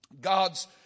God's